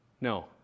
No